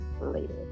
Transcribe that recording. later